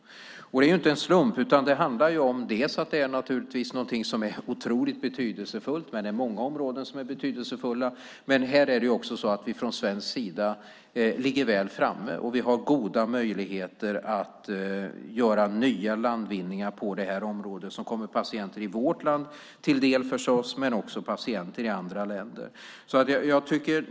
Det är inte en slump, utan det handlar om ett område som är otroligt betydelsefullt. Det är många områden som är betydelsefulla, men här är det så att vi från svensk sida ligger väl framme. Vi har goda möjligheter att göra nya landvinningar på det här området som förstås kommer patienter i vårt land till del men också patienter i andra länder.